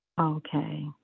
Okay